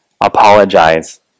apologize